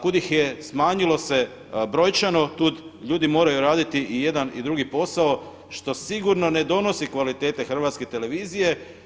Kud ih je smanjilo se brojčano, tud ljudi moraju raditi i jedan i drugi posao što sigurno ne donosi kvalitete Hrvatske televizije.